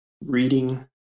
reading